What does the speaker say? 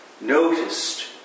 noticed